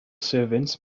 servants